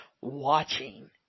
watching